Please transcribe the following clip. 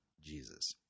Jesus